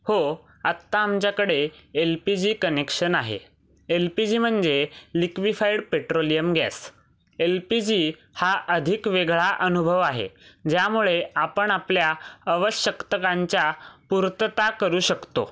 हो आत्ता आमच्याकडे एल पी जी कनेक्शन आहे एल पी जी म्हणजे liquefied petroleum gas L P G हा अधिक वेगळा अनुभव आहे ज्यामुळे आपण आपल्या आवश्यकतांच्या पूर्तता करू शकतो